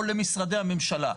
או למשרדי הממשלה,